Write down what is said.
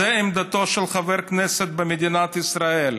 זו עמדתו של חבר כנסת במדינת ישראל.